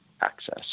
access